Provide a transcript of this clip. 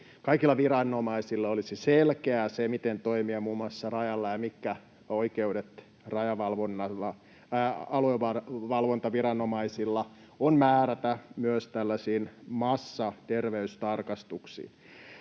kaikille viranomaisille olisi selkeää, miten toimia muun muassa rajalla ja mitkä oikeudet aluehallintoviranomaisilla on määrätä myös tällaisiin massaterveystarkastuksiin.